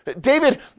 David